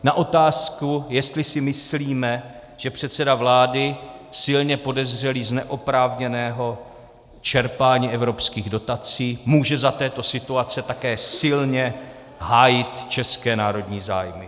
na otázku, jestli si myslíme, že předseda vlády silně podezřelý z neoprávněného čerpání evropských dotací může za této situace také silně hájit české národní zájmy.